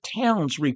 towns